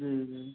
जी जी